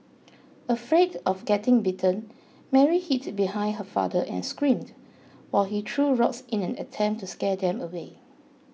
afraid of getting bitten Mary hid behind her father and screamed while he threw rocks in an attempt to scare them away